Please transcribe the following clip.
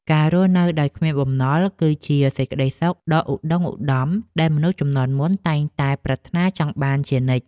ការរស់នៅដោយគ្មានបំណុល គឺជាសេចក្ដីសុខដ៏ឧត្តុង្គឧត្តមដែលមនុស្សជំនាន់មុនតែងតែប្រាថ្នាចង់បានជានិច្ច។